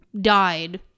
died